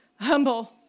humble